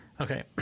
Okay